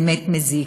באמת, מזיק.